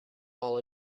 all